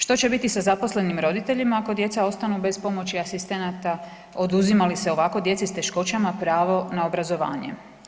Što će biti sa zaposlenim roditeljima ako djeca ostanu bez pomoći asistenata, oduzima li se ovako djeci s teškoćama pravo na obrazovanje?